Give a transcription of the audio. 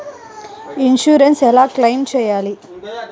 Insurance ఎలా claim చేయాలి?